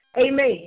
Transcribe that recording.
amen